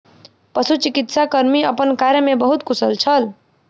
पशुचिकित्सा कर्मी अपन कार्य में बहुत कुशल छल